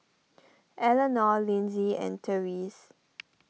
Elenore Linzy and therese